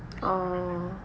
oh